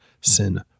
sin